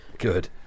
Good